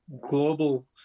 global